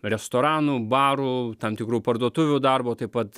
restoranų barų tam tikrų parduotuvių darbo taip pat